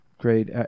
Great